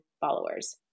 followers